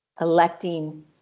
electing